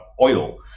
oil